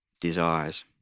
desires